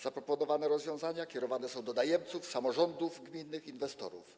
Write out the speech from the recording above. Zaproponowane rozwiązania są kierowane do najemców, samorządów gminnych, inwestorów.